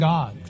God